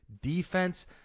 defense